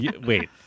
wait